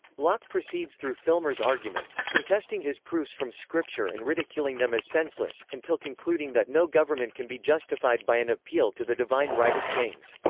locke proceeds through filmer's arguments, contesting his proofs from scripture and ridiculing them as senseless, until concluding that no government can be justified by an appeal to the divine right of kings.